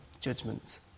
judgments